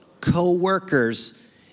Co-workers